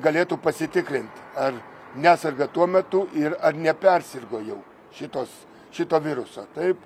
galėtų pasitikrinti ar neserga tuo metu ir ar nepersirgo jau šitos šito viruso taip